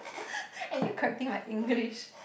and you correcting my English